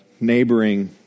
neighboring